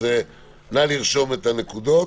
אז נא לרשום את הנקודות.